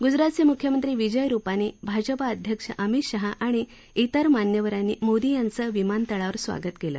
ग्जरातचे म्ख्यमंत्री विजय रुपानी भाजपा अध्यक्ष अमित शहा आणि इतर मान्यवरांनी मोदी यांचं विमानतळावर स्वागत केलं